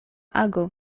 ago